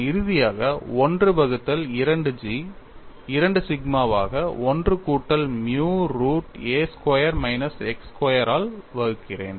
நான் இறுதியாக 1 வகுத்தல் 2G 2 சிக்மாவாக 1 கூட்டல் mu root a square minus x square ஆல் வகுக்கிறேன்